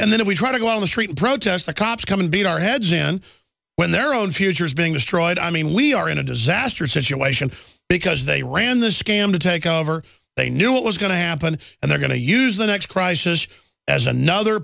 and then we try to go down the street protests the cops come and beat our heads in when their own future is being destroyed i mean we are in a disaster situation because they ran the scam to take over they knew it was going to happen and they're going to use the next crisis as another